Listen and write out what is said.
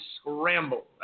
scramble